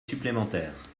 supplémentaire